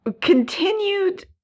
continued